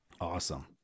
Awesome